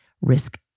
risk